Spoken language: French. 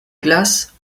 glace